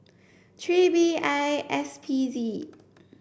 three B I S P Z